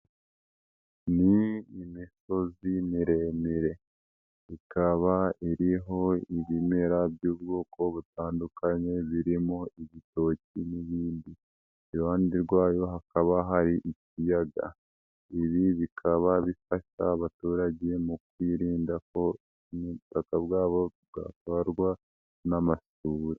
Ni imisozi miremere, ikaba iriho ibimera by'ubwoko butandukanye birimo igitoki n'ibindi. Iruhande rwayo hakaba hari ikiyaga, ibi bikaba bifasha abaturage mu kwirinda ko ubutaka bwabo bwatwarwa n'amasuri.